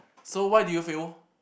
so why did you fail